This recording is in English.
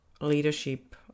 leadership